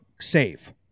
save